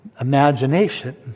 imagination